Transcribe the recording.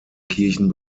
kirchen